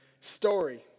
story